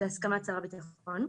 בהסכמת שר הביטחון.